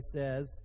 says